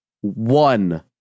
One